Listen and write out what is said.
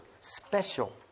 special